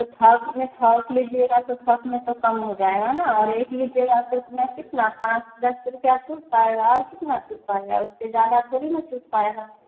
तो थौक में थौक लीजिएगा तो थौक में तो कम हो जाएगा ना और एक लीजिएगा तो उसमें कितना पाँच दस रूपये छूट पाएगा और कितना छूट पाएगा उससे ज़्यादा थोड़ी ना छूट पाएगा